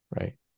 right